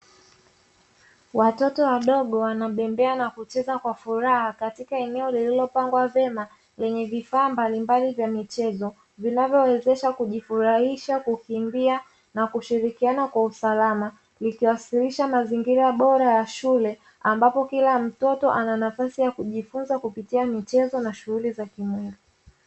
Watoto wadogo wanabembea na kucheza kwa furaha katika eneo lililopangwa vema yenye vifaa mbalimbali vya michezo, vinavyowezesha kujifurahisha kukimbia na kushirikiana kwa usalama likiwasilisha mazingira bora ya shule ambapo kila mtoto ana nafasi ya kujifunza kupitia michezo na shughuli za kimwili.